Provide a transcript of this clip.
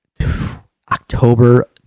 october